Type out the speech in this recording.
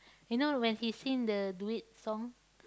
you know when he sing the duet song